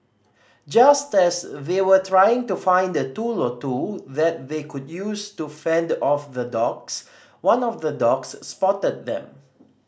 just as they were trying to find a tool or two that they could use to fend off the dogs one of the dogs spotted them